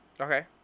Okay